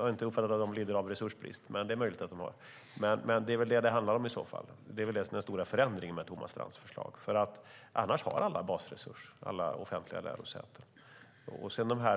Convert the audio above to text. har inte uppfattat att de lider av resursbrist, men det är möjligt att de gör det. Det är väl det som är den stora förändringen med Thomas Strands förslag, för annars har alla offentliga lärosäten en basresurs.